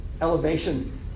elevation